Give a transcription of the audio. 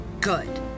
Good